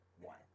one